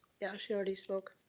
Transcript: yeah, she already spoke.